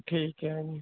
ਠੀਕ ਹੈ ਜੀ